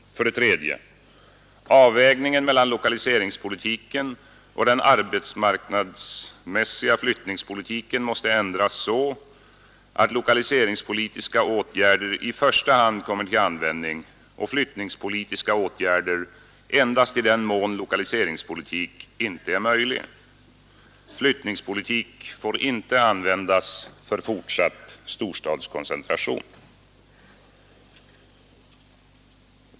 3. Avvägningen mellan lokaliseringspolitiken och den arbetsmarknadssiga flyttningspolitiken måste ändras så att lokaliseringspolitiska åtgärder i första hand kommer till användning och flyttningspolitiska åtgärder endast i den mån lokaliseringspolitik inte är möjlig. Flyttningspolitik får inte användas för fortsatt storstadskoncentration.